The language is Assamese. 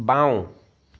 বাওঁ